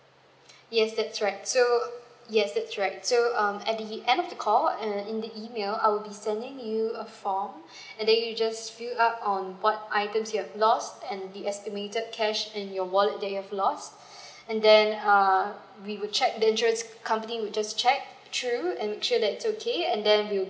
yes that's right so yes that's right so um and at the end of the call and in the email I'll be sending you a form and then you just fill up on what items you've lost and the estimated cash and your wallet that you've lost and then um we will check the insurance company we'll just check through and make sure that it's okay and then we'll